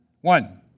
One